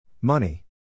Money